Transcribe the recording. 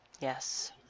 Yes